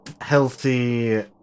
healthy